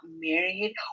married